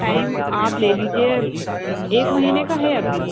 time آپ لے لیجیے ایک مہینے کا ہے ابھی